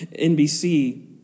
NBC